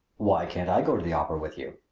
why can't i go to the opera with you?